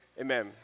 amen